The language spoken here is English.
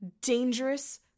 dangerous